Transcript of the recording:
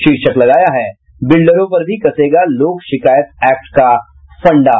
शीर्षक लगाया है बिल्डरों पर भी कसेगा लोक शिकायत एक्ट का फंडा